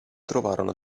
trovarono